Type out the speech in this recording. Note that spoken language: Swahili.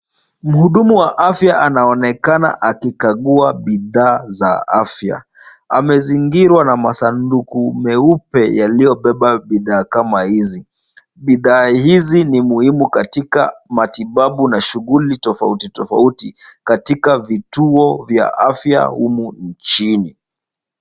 Muhudumu wa afya anaonekana akikagua bidhaa za afya. Amezingirwa na masanduku meupe yaliyobeba bidhaa kama hizi. Bidhaa hizi ni muhimu katika matibabu na shughuli tofauti tofauti katika vituo vya afya humu nchini.